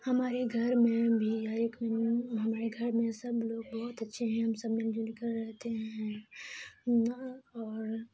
ہمارے گھر میں بھی ہر ایک ہمارے گھر میں سب لوگ بہت اچھے ہیں ہم سب مل جل کر رہتے ہیں اور